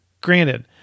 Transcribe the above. Granted